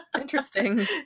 Interesting